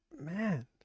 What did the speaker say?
man